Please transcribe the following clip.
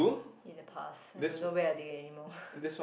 in the past I don't know where are they anymore